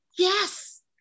Yes